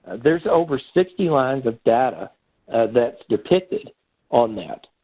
there's over sixty lines of data that's depicted on that.